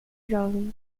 jovens